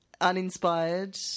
uninspired